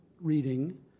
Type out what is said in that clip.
reading